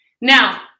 Now